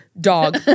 dog